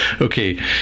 okay